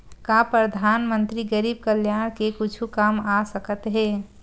का परधानमंतरी गरीब कल्याण के कुछु काम आ सकत हे